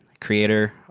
creator